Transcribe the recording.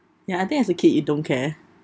ya I think as a kid you don't care